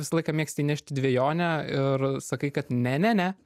visą laiką mėgsti įnešti dvejonę ir sakai kad ne ne ne